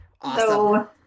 Awesome